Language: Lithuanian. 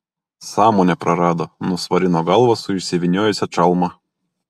sąmonę prarado nusvarino galvą su išsivyniojusia čalma